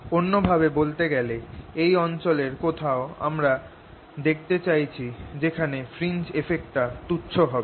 অন্য ভাবে বলতে গেলে এই অঞ্চল এর কোথাও আমরা দেখতে চাইছি যেখানে ফ্রিঞ্জ এফেক্টটা তুচ্ছ হবে